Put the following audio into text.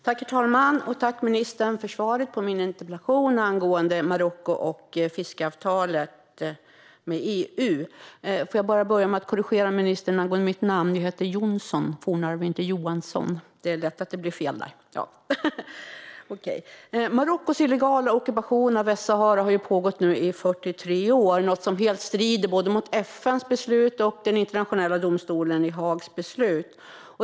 Herr talman! Tack, ministern, för svaret på min interpellation angående Marocko och fiskeavtalet med EU! Får jag bara börja med att korrigera ministern angående mitt namn: Jag heter Johnsson Fornarve, inte Johansson. Det är lätt att det blir fel. Marockos illegala ockupation av Västsahara har nu pågått i 43 år. Det är något som helt strider både mot FN:s beslut och mot Internationella domstolen i Haags beslut.